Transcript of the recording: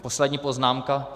Poslední poznámka.